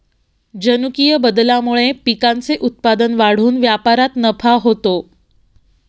जनुकीय बदलामुळे पिकांचे उत्पादन वाढून व्यापारात नफा होतो